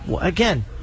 again